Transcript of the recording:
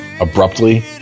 abruptly